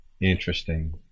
Interesting